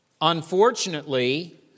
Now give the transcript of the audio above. Unfortunately